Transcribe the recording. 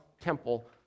temple